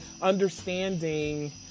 Understanding